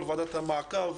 יושב-ראש ועדת המעקב,